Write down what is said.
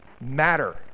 Matter